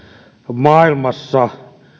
maailmassa